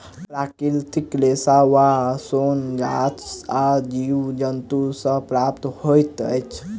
प्राकृतिक रेशा वा सोन गाछ आ जीव जन्तु सॅ प्राप्त होइत अछि